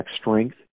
strength